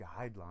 guidelines